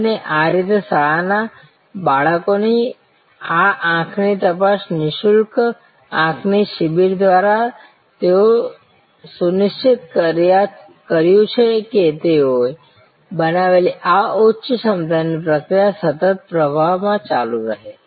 અને આ રીતે શાળાના બાળકોની આ આંખની તપાસ નિશુલ્ક આંખની શિબિર દ્વારા તેઓએ સુનિશ્ચિત કર્યું છે કે તેઓએ બનાવેલી આ ઉચ્ચ ક્ષમતાની પ્રક્રિયામાં સતત પ્રવાહ ચાલુ રહે છે